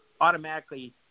automatically